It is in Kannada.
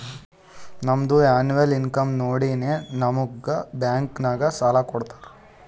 ನಮ್ದು ಎನ್ನವಲ್ ಇನ್ಕಮ್ ನೋಡಿನೇ ನಮುಗ್ ಬ್ಯಾಂಕ್ ನಾಗ್ ಸಾಲ ಕೊಡ್ತಾರ